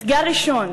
אתגר ראשון,